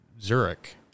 Zurich